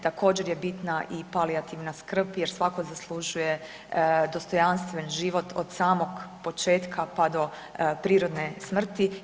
Također je bitna i palijativna skrb, jer svatko zaslužuje dostojanstven život od samog početka pa do prirodne smrti.